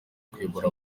kuyobora